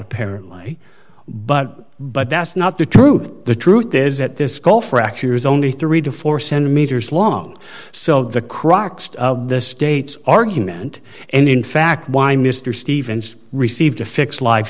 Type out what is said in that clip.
apparently but but that's not the truth the truth is that this skull fracture is only three to four centimeters long so the crux of this state's argument and in fact why mr stevens received a fixed life